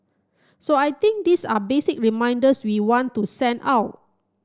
so I think these are basic reminders we want to send out